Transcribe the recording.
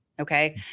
Okay